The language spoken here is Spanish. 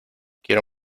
quiero